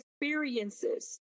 experiences